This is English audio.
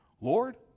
Lord